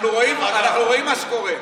אנחנו רואים מה שקורה.